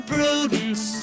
Prudence